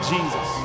Jesus